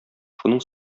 шуның